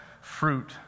fruit